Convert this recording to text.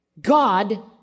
God